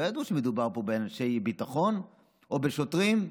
ידעו שמדובר פה באנשי ביטחון או בשוטרים,